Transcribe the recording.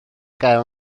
gael